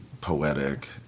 poetic